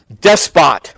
despot